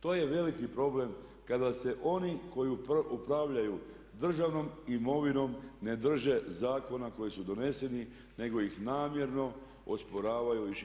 To je veliki problem kada se oni koji upravljaju državnom imovinom ne drže zakona koji su doneseni nego ih namjerno osporavaju i šikaniraju.